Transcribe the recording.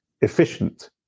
efficient